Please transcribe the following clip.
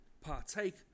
Partake